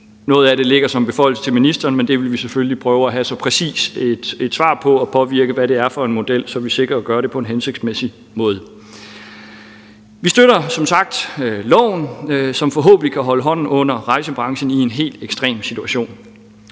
Noget af det ligger som en beføjelse til ministeren, men det vil vi selvfølgelig prøve at få et præcist svar på, så vi kan påvirke, hvad det er for en model, så vi sikrer, at det bliver gjort på en hensigtsmæssig måde. Vi støtter som sagt loven, som forhåbentlig kan holde hånden under rejsebranchen i en helt ekstrem situation.